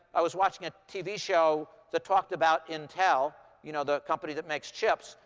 i was watching a tv show that talked about intel you know, the company that makes chips.